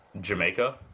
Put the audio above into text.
Jamaica